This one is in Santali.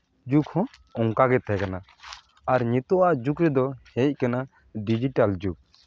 ᱡᱩᱜᱽ ᱦᱚᱸ ᱚᱱᱠᱟᱜᱮ ᱛᱟᱦᱮᱸ ᱠᱟᱱᱟ ᱟᱨ ᱱᱤᱛᱚᱜ ᱟᱜ ᱡᱩᱜᱽ ᱨᱮᱫᱚ ᱦᱮᱡ ᱠᱟᱱᱟ ᱰᱤᱡᱤᱴᱟᱞ ᱡᱩᱜᱽ